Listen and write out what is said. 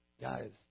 guys